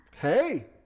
hey